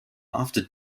after